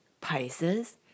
Pisces